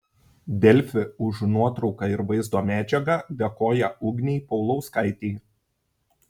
delfi už nuotrauką ir vaizdo medžiagą dėkoja ugnei paulauskaitei